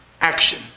action